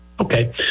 Okay